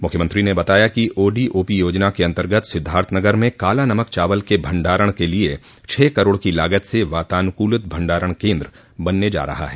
मुख्यमंत्री ने बताया कि ओडीओपी योजना के अंतर्गत सिद्धार्थनगर में काला नमक चावल के भण्डारण के लिए छह करोड़ की लागत से वातानुकूलित भण्डारण केन्द्र बनने जा रहा है